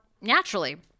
naturally